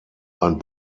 ein